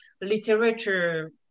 literature